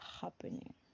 happening